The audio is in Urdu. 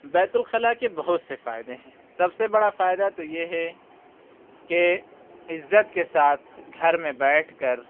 بیت الخلاء کے بہت سے فائدے ہیں سب سے بڑا فائدہ تو یہ ہے کہ عزت کے ساتھ گھر میں بیٹھ کر